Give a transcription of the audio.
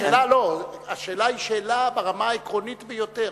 השאלה היא שאלה ברמה העקרונית ביותר.